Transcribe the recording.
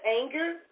anger